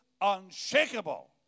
unshakable